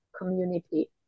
community